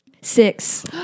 six